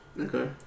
Okay